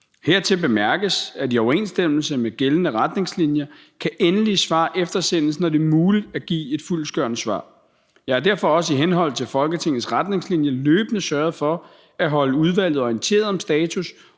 Hertil bemærkes, at i overensstemmelse med gældende retningslinjer kan endelige svar eftersendes, når det er muligt at give et fyldestgørende svar. Jeg har derfor også i henhold til Folketingets retningslinjer løbende sørget for at holde udvalget orienteret om status,